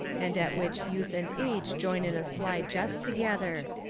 and at which youth and age join in a sly jest together.